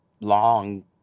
long